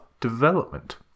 development